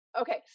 Okay